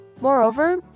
Moreover